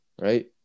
right